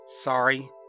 Sorry